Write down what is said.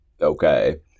Okay